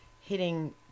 hitting